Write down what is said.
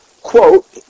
Quote